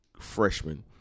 freshman